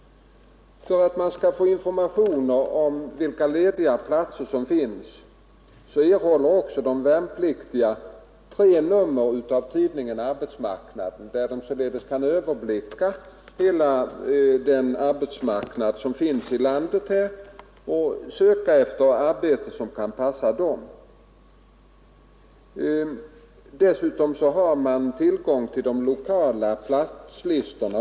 För att man skall få information om lediga platser erhåller också de värnpliktiga tre nummer av tidningen Arbetsmarknaden, där de således kan överblicka hela arbetsmarknaden i landet och söka efter arbeten som kan passa dem. Dessutom har man även tillgång till de lokala platslistorna.